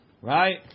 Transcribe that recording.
Right